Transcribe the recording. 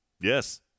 Yes